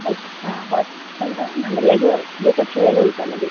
ഹെ ആ ഹോസ്പിറ്റലിലെ നമ്പറിലേക്ക് റിസപ്ഷനിലേക്ക് വിളിച്ചാൽ മതി